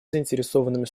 заинтересованными